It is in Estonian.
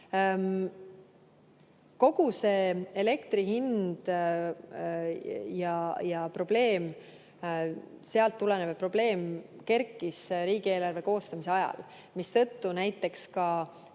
Kogu see elektri hind ja sealt tulenev probleem kerkis riigieelarve koostamise ajal, mistõttu näiteks ka